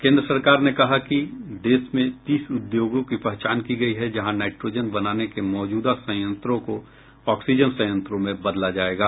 केन्द्र सरकार ने कहा कि देश में तीस उद्योगों की पहचान की गई है जहां नाइट्रोजन बनाने के मौजूदा संयंत्रों को ऑक्सीजन संयंत्रों में बदला जाएगा